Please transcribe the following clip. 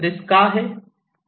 risk का आहे